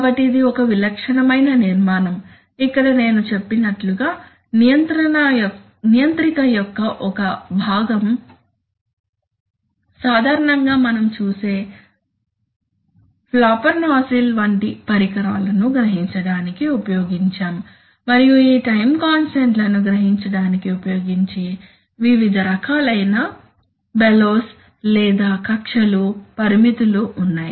కాబట్టి ఇది ఒక విలక్షణమైన నిర్మాణం ఇక్కడ నేను చెప్పినట్లుగా నియంత్రిక యొక్క ఒక భాగం సాధారణంగా మనం చూసే ఫ్లాపర్ నాజిల్ వంటి పరికరాలను గ్రహించటానికి ఉపయోగించాము మరియు ఈ టైం కాన్స్టాంట్ లను గ్రహించడానికి ఉపయోగించే వివిధ రకాలైన బెలోస్ లేదా కక్ష్యలు పరిమితులు ఉన్నాయి